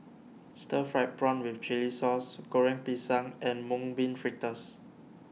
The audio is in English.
Stir Fried Prawn with Chili Sauce Goreng Pisang and Mung Bean Fritters